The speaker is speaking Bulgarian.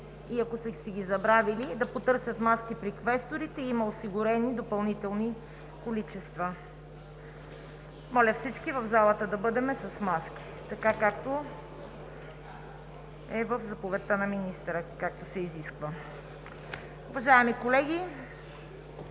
и ако са ги забравили, да потърсят маски при квесторите. Има осигурени допълнителни количества. Моля всички в залата да бъдем с маски, така както е в заповедта на министъра и както се изисква. Уважаеми колеги,